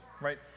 right